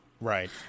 Right